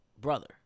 brother